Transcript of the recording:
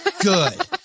Good